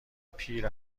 پیر